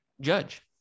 judge